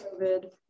COVID